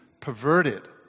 perverted